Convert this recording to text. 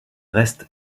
reste